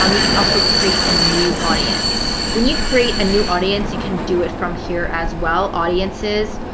um you can also create a new audience. when you create a new audience, you can do it from here as well. audiences,